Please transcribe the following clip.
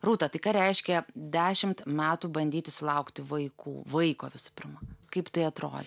rūta tai ką reiškia dešimt metų bandyti sulaukti vaikų vaiko visų pirma kaip tai atrodė